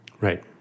Right